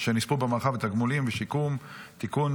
שנספו במערכה (תגמולים ושיקום) (תיקון,